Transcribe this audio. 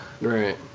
Right